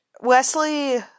Wesley